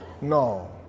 No